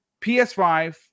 PS5